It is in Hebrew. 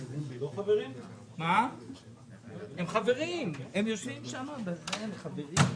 עדיין אנחנו מצליחים בשנים האחרונות להתגבר על זה ולסדר את